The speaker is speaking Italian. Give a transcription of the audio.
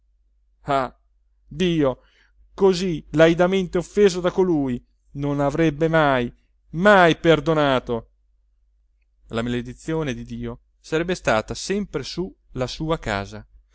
dio così laidamente offeso da colui non avrebbe mai mai perdonato la maledizione di dio sarebbe stata sempre su la su casa